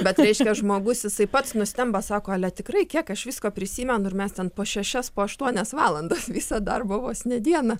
bet reiškia žmogus jisai pats nustemba sako ale tikrai kiek aš visko prisimenu ir mes ten po šešias po aštuonias valandas visą darbo vos ne dieną